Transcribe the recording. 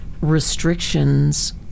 Restrictions